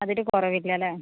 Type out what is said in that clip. അതില് കുറവില്ലാലെ